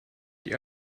die